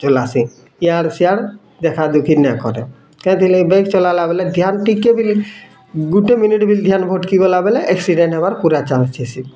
ଚଲାସି ଇଆଡ଼େ ସିଆଡ଼େ ଦେଖାଦେଖି ନାଇଁ କରେ କେଁଥିର୍ ଲାଗି ବାଇକ୍ ଚଲାଲା ବେଲେ ଧ୍ୟାନ ଟିକେ ବି ଗୁଟେ ମିନିଟ୍ ବିଲ୍ ଧ୍ୟାନ ଭଟ୍କି ଗଲା ବେଲେ ଏକ୍ସିଡ଼େଣ୍ଟ୍ ହେବାର୍ ପୁରା ଚାନ୍ସ ଥିସି